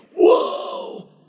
whoa